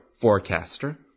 forecaster